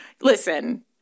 listen